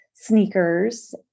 sneakers